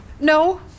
No